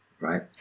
right